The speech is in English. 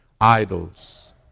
idols